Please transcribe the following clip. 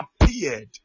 appeared